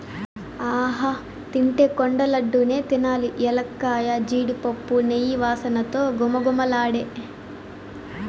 ఆహా తింటే కొండ లడ్డూ నే తినాలి ఎలక్కాయ, జీడిపప్పు, నెయ్యి వాసనతో ఘుమఘుమలాడే